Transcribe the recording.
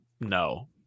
no